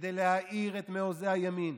כדי להעיר את מעוזי הימין,